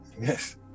Yes